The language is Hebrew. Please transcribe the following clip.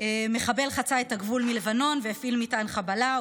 מחבל חצה את הגבול מלבנון והפעיל מטען חבלה,